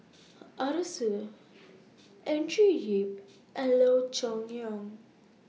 Arasu Andrew Yip and Loo Choon Yong